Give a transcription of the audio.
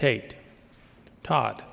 tate todd